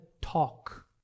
talk